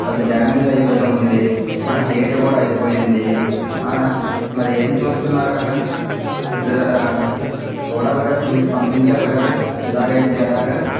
అది డ్యామేజ్ అయిపోయి ఉంది డేట్ కూడా అయిపోయింది మరి ఏం చూస్తున్నారు అక్కడ రిజర్ చూడాలిగా చూసి పంపించాలి కదా ఇలాగైతే ఎలాగ